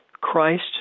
Christ